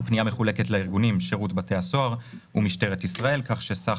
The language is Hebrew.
הפנייה מחולקת לארגונים שירות בתי הסוהר ומשטרת ישראל כך שסך